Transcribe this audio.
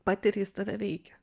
patiri jis tave veikia